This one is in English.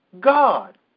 God